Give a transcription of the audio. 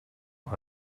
war